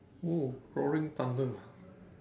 oh roaring thunder